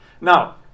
Now